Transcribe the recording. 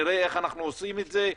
נראה איך אנחנו עושים את זה.